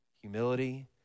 humility